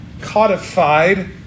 codified